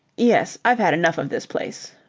yes, i've had enough of this place,